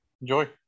enjoy